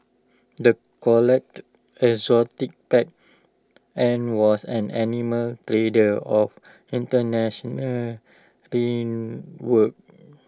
the collected exotic pets and was an animal trader of International